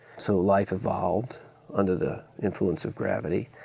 so life evolved under the influence of gravity,